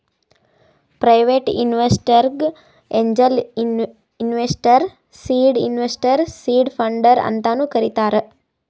private ಇನ್ವೆಸ್ಟರ್ಗ angel investor, seed investor, seed funder ಅಂತಾನು ಕರಿತಾರ್